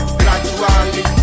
gradually